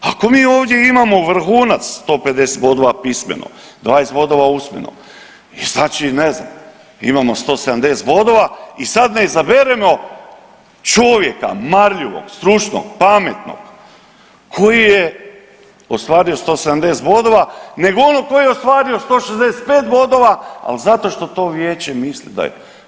Ako mi ovdje imamo vrhunac 150 bodova pismeno, 20 godina usmeno i znači ne znam, imamo 170 bodova i sad da izaberemo čovjeka, marljivog, stručnog, pametnog, koji je ostvario 170 bodova nego onog koji je ostvario 165 bodova, ali zato što to Vijeće misli da je.